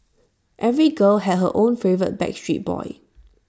every girl had her own favourite backstreet Boy